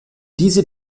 diese